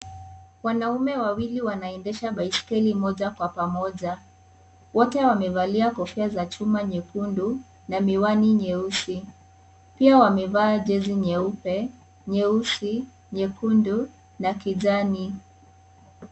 Wanaume wawili wanaendesha baiskeli moja kwa pamoja. Wote wamevalia kofia za chuma nyekundu, na miwani nyeusi. Pia wamevaa jezi nyeupe, nyeusi, nyekundu, na kijani.